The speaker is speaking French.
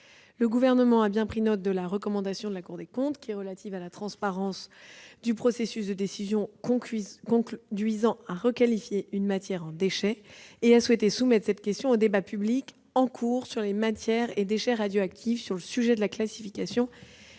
Le Gouvernement a bien pris note de la recommandation de la Cour des comptes relative à la transparence du processus de décision conduisant à requalifier une matière en déchet et a souhaité soumettre cette question au débat public en cours sur les matières et déchets radioactifs en ouvrant plusieurs pistes